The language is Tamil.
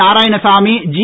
நாரா ணசாமி ஜி